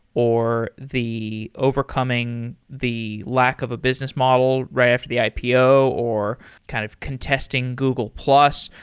or the overcoming, the lack of a business model right after the ipo, or kind of contesting google plus,